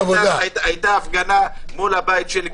היתה הפגנה מול הבית של גרוטו.